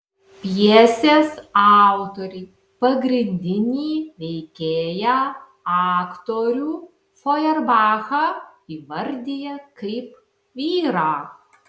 pjesės autoriai pagrindinį veikėją aktorių fojerbachą įvardija kaip vyrą